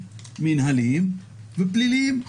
מינהליים ופליליים.